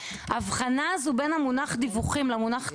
ההבחנה הזו בין המונח "דיווחים" למונח "תלונות"